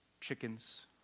Chickens